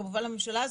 כמובן לממשלה הזאת,